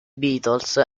beatles